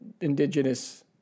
indigenous